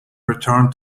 return